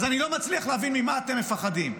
אז אני לא מצליח להבין ממה אתם מפחדים.